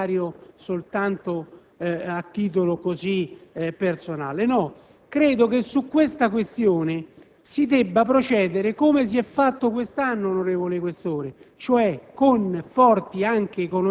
perché fossi contrario soltanto a titolo personale. No! Credo che su tale questione si debba procedere come si è fatto quest'anno, onorevole Questore,